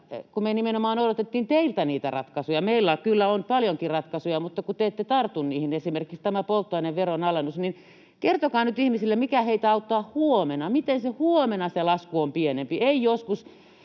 teiltä niitä ratkaisuja. Meillä kyllä on paljonkin ratkaisuja, mutta kun te ette tartu niihin — esimerkiksi tämä polttoaineveron alennus. Kertokaa nyt ihmisille, mikä heitä auttaa huomenna, miten huomenna se lasku on pienempi,